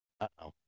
uh-oh